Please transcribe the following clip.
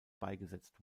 beigesetzt